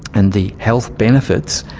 and the health benefits,